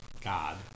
God